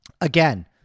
Again